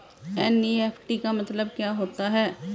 NEFT का मतलब क्या होता है?